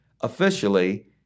officially